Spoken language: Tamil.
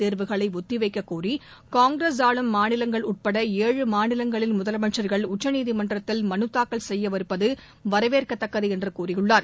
தேர்வுகளை ஒத்தி வைக்கக் கோரி காங்கிரஸ் ஆளும் மாநிலங்கள் உட்பட ஏழு மாநிலங்களின் முதலமைச்சர்கள் உச்சநீதிமன்றத்தில் மனுதாக்கல் செய்யவிருப்பது வரவேற்கத்தக்கது என்று கூறியுள்ளார்